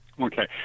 okay